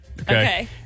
Okay